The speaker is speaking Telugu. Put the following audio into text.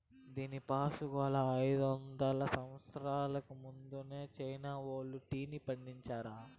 దీనిపాసుగాలా, అయిదొందల సంవత్సరాలకు ముందలే చైనా వోల్లు టీని పండించారా